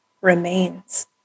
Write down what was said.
remains